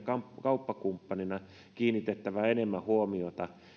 kauppakumppanina toivoisin myös siihen kiinnitettävän enemmän huomiota